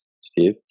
Steve